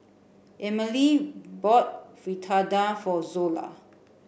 Emmalee bought Fritada for Zola